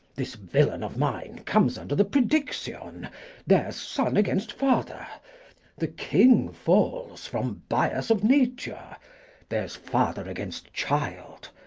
this villain of mine comes under the prediction there's son against father the king falls from bias of nature there's father against child.